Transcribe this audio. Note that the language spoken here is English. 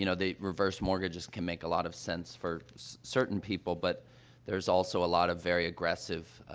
you know the reverse mortgages can make a lot of sense for certain people, but there's also a lot of very aggressive,